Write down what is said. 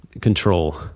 control